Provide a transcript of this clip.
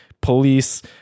police